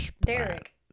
Derek